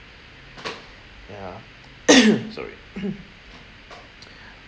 ya sorry